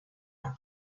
von